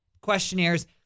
questionnaires